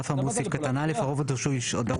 'על אף האמור בסעיף קטן (א) הרוב הדרוש לאישור